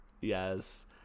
Yes